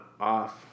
off